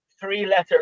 three-letter